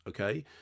okay